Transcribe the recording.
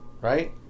Right